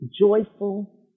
joyful